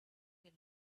will